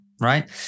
right